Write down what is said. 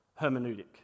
hermeneutic